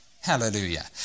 Hallelujah